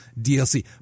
DLC